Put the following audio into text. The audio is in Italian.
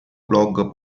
blog